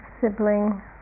sibling